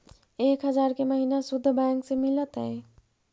एक हजार के महिना शुद्ध बैंक से मिल तय?